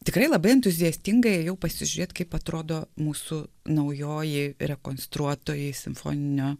tikrai labai entuziastingai ėjau pasižiūrėt kaip atrodo mūsų naujoji rekonstruotoji simfoninio